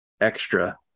extra